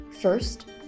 First